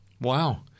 Wow